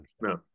No